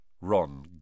Ron